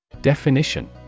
Definition